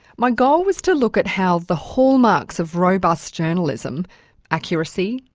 my goal was to look at how the hallmarks of robust journalism accuracy,